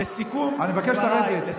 לסיכום דבריי, אני מבקש לרדת.